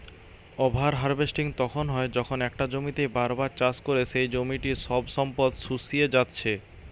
over harvesting তখন হয় যখন একটা জমিতেই বার বার চাষ করে সেই জমিটার সব সম্পদ শুষিয়ে জাত্ছে